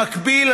במקביל,